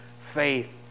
faith